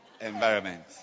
environment